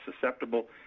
susceptible